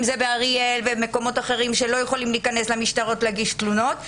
אם זה באריאל ומקומות אחרים שלא יכולים להיכנס למשטרות להגיש תלונות?